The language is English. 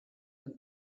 the